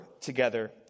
together